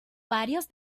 varios